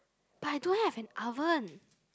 but I don't have an oven